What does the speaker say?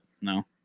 No